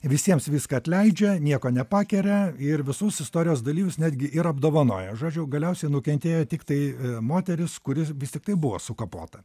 visiems viską atleidžia nieko nepakeria ir visus istorijos dalyvius netgi ir apdovanoja žodžiu galiausiai nukentėjo tiktai moteris kuri vis tiktai buvo sukapota